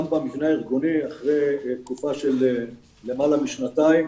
גם במבנה הארגוני, אחרי תקופה של למעלה משנתיים